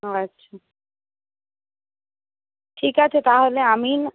ও আচ্ছা ঠিক আছে তাহলে আমি